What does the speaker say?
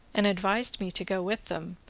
and advised me to go with them,